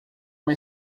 uma